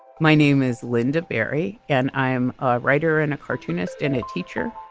my name is linda barry and i am a writer and a cartoonist and a teacher.